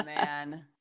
man